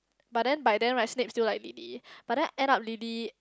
but then by then right Snape still like Lily but then end up Lily